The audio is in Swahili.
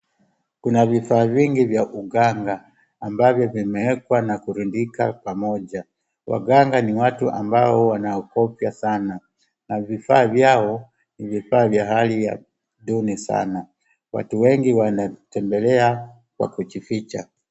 Kuna vifaa vingi vya uganga amabvyo vimewekwa na kurundika pamoja. Waganga ni watu ambao wanaogofya sana na vifaa vyao ni vifaa vya hali ya duni sana. Watu wengi wanatembelea kwa kujificha.